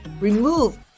remove